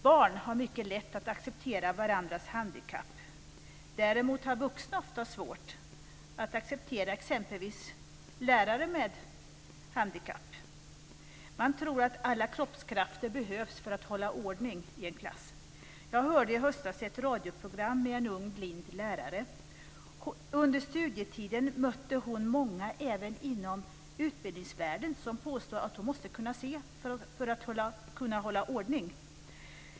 Barn har mycket lätt att acceptera varandras handikapp. Däremot har vuxna ofta svårt att acceptera exempelvis lärare med handikapp. Man tror att alla kroppskrafter behövs för att hålla ordning i en klass. Jag hörde i höstas ett radioprogram med en ung blind lärare. Under studietiden mötte hon många, även inom utbildningsvärlden, som påstod att hon måste kunna se för att kunna hålla ordning.